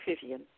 Vivian